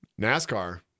NASCAR